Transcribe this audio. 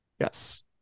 Yes